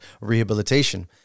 rehabilitation